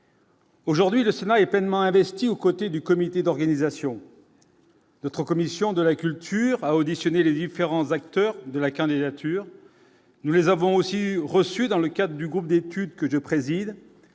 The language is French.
Aujourd'hui, le Sénat est pleinement investi aux côtés du comité d'organisation. Notre commission de la culture, a auditionné les différents acteurs de la candidature. Nous les avons aussi reçu dans le cadre du Groupe d'études que je préside